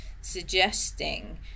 suggesting